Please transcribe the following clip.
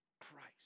Christ